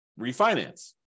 refinance